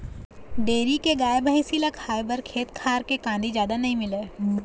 dairy के गाय, भइसी ल खाए बर खेत खार के कांदी जादा नइ मिलय